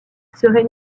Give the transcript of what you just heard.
serai